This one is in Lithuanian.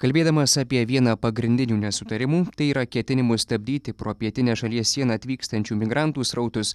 kalbėdamas apie vieną pagrindinių nesutarimų tai yra ketinimų stabdyti pro pietinę šalies sieną atvykstančių migrantų srautus